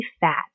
fat